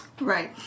Right